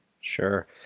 Sure